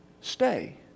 stay